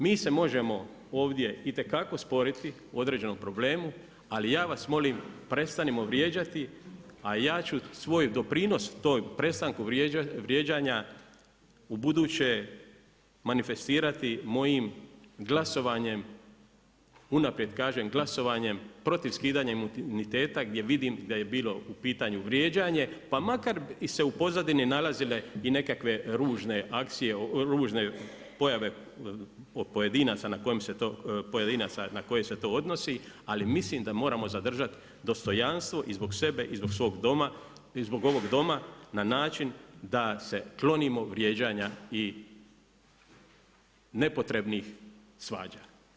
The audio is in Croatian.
Mi se možemo ovdje itekako sporiti o određenom problemu, ali ja vas molim prestanimo vrijeđati, a ja ću svoj doprinos tom prestanku vrijeđanja u buduće manifestirati mojim glasovanjem, unaprijed kažem glasovanjem protiv skidanja imuniteta, gdje vidim da je bilo u pitanje vrijeđanje, pa makar se u pozadini nalazile i nekakve ružne akcije, ružne pojave o pojedinaca na koje se to odnosi, ali mislim da moramo zadržati dostojanstvo i zbog sebe i zbog svog doma i zbog ovog Doma na način da se klonim vrijeđanja i nepotrebnih svađa.